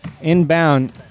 Inbound